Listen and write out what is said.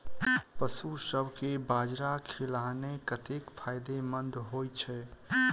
पशुसभ केँ बाजरा खिलानै कतेक फायदेमंद होइ छै?